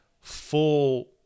full